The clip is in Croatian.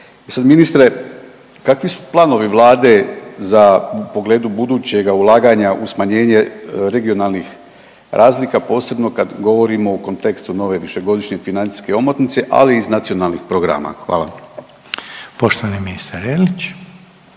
ministre kakvi su planovi Vlade za, u pogledu budućega ulaganja u smanjenje regionalnih razlika posebno kad govorimo u kontekstu nove višegodišnje financijske omotnice, ali i iz nacionalnih programa. Hvala. **Reiner,